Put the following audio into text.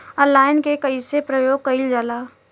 Online के कइसे प्रयोग कइल जाला?